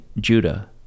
Judah